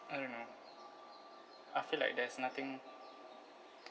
I don't know I feel like there's nothing